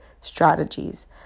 strategies